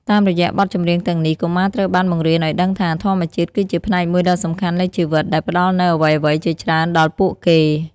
តាមរយៈបទចម្រៀងទាំងនេះ កុមារត្រូវបានបង្រៀនឲ្យដឹងថា ធម្មជាតិគឺជាផ្នែកមួយដ៏សំខាន់នៃជីវិត ដែលផ្ដល់នូវអ្វីៗជាច្រើនដល់ពួកគេ។